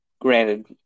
granted